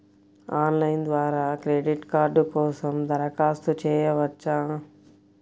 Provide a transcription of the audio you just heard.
Online ద్వారా credit card కోసం దరఖాస్తు చేయవచ్చా?